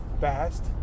fast